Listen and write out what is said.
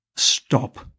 Stop